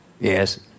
Yes